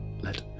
Let